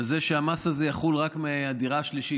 וזה שהמס הזה יחול רק מהדירה השלישית.